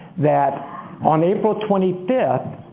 that on april twenty fifth,